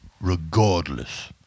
regardless